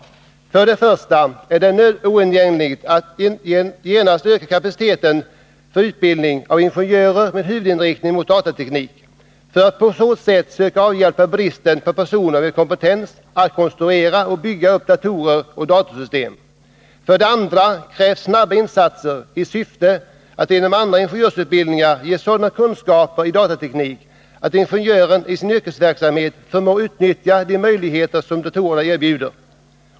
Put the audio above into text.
För det första är det oundgängligt att genast öka kapaciteten för utbildning avingenjörer med huvudinriktning mot datateknik för att man på så sätt skall kunna söka avhjälpa bristen på personer med kompetens att konstruera och bygga upp datorer och datorsystem. För det andra krävs snara insatser i syfte att inom andra ingenjörsutbildningar ge sådana kunskaper i datateknik att ingenjörerna i sin yrkesverksamhet förmår utnyttja de möjligheter som datorerna erbjuder.